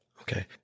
Okay